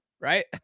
right